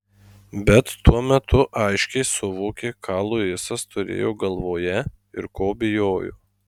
bet tuo metu aiškiai suvokė ką luisas turėjo galvoje ir ko bijojo